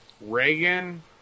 Reagan